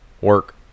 work